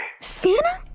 santa